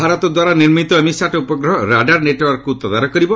ଭାରତ ଦ୍ୱାରା ନିର୍ମିତ ଏମିସାଟ୍ ଉପଗ୍ରହ ରାଡାର ନେଟୱାର୍କକୁ ତଦାରଖ କରିବ